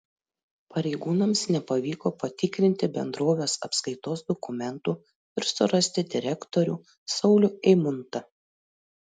pareigūnams nepavyko patikrinti bendrovės apskaitos dokumentų ir surasti direktorių saulių eimuntą